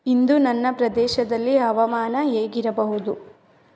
ಇಂದು ನನ್ನ ಪ್ರದೇಶದಲ್ಲಿ ಹವಾಮಾನ ಹೇಗಿರಬಹುದು